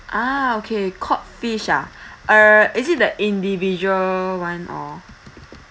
ah okay cod fish ah err is it the individual [one] or